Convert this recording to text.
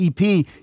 EP